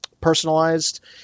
personalized